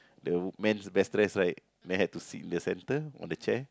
the man best dress right then have to sit in the center on the chair